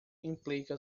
implica